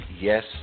yes